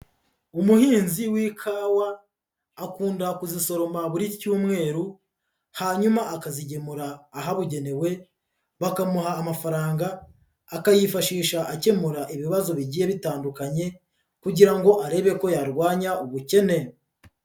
Umuhinzi w'ikawa akunda kuzisoroma buri cyumweru hanyuma akazigemura ahabugenewe, bakamuha amafaranga akayifashisha akemura ibibazo bigiye bitandukanye kugira ngo arebe ko yarwanya ubukene.